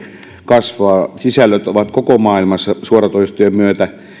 kasvaa sisällöt ovat koko maailmassa suoratoistojen myötä